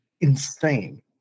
insane